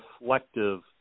reflective